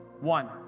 One